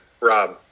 Rob